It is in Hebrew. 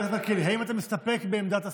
חבר הכנסת מלכיאלי, האם אתה מסתפק בעמדת השר?